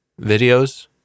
videos